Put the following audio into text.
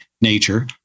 nature